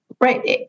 Right